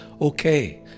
okay